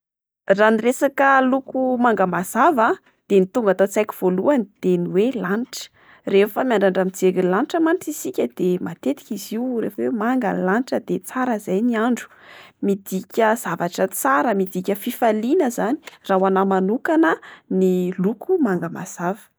Raha ny resaka loko manga mazava de ny tonga ato antsaiko voalohany dia ny hoe lanitra. Rehefa miandrandra mijery ny lanitra mantsy isika da matetika izy io refa hoe manga ny lanitra dia tsara zay ny andro. Midika zavatra tsara, midika fifaliana izany raha ho anà manokana ny loko manga mazava.